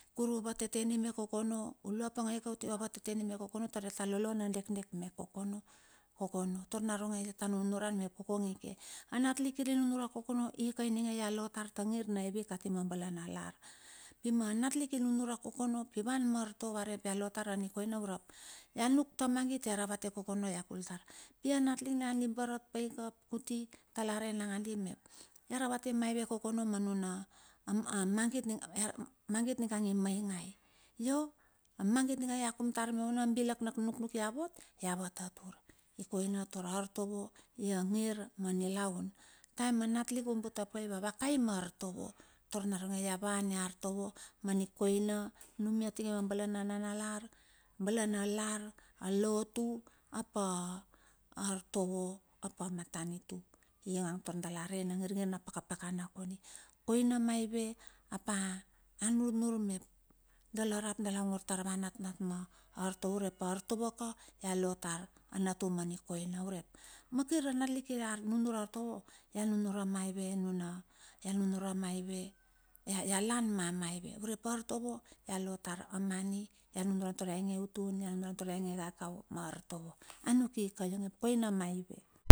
Kuru vuteten ime kokono, ulo apangei ka, va ta vateten i me kokono tar ia ta lolo na dekdek me kokona, kokono. Tar naronge iata nunuran mep kokong ike. A nat lik kiri nunure kokono, ika ininge ia lotar ta ngir na evi kati ma bala na lar, pi ma anatlik inunure kokono ivan ma artovo, varei mep ia lotar anikoina urep ia nuk ta magit ia ravate kokona ia ravate kokono ia kul tar, pi anatlik di barat pai ap kuti dala rei nangandi mep, iaravate maive kokono ma nuna amagit niga ing imaingai? Io a magit niga iakum tar me una? Abilak na nuknuk la vot, la vatatur, ikoina tar artovo ia ngir ma nilaun. Taem a natlik u butepai va vakai ma artovo, tar naronge ia van ia artovo ma nikoina numi ati ma bala na nanalar, bala na lar, a lotu, apa artovo, apa matanitu, ing tar dala re na ngir ngir na pakapakana kondi. Koina maive apa a, a nurnur mep dala rap dala ongor tar ava natnat artovo urep artovo ka ia lo tar a natum ma nikoina. Urep makir a natlik kir a la nunure artovo, ia nunure maive nuna? Ia nunure maive? Ia lan mamai ve? Urep artovo ia lotar a mani, ia nunuran tar ia ing eutun, ia nunuran tar ia ing ekakau, ma artovo, ap anuk ika io enge. Ap koina maive